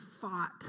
fought